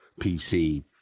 PC